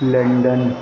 London